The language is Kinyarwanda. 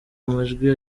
amajwi